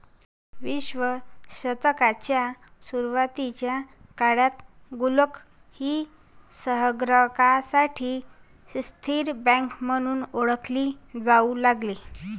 विसाव्या शतकाच्या सुरुवातीच्या काळात गुल्लक ही संग्राहकांसाठी स्थिर बँक म्हणून ओळखली जाऊ लागली